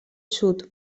sud